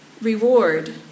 reward